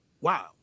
wow